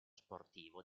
sportivo